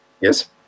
Yes